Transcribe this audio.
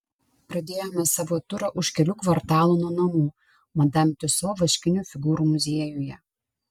pradėjome savo turą už kelių kvartalų nuo namų madam tiuso vaškinių figūrų muziejuje